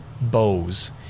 bows